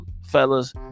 fellas